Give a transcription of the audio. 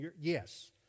yes